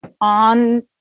on